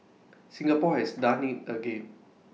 Singapore has done IT again